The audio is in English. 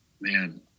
Man